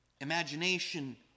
imagination